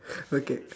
okay